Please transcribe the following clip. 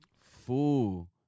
Fool